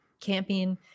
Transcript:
camping